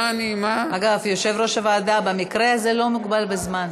אגב, יושב-ראש הוועדה במקרה הזה לא מוגבל בזמן.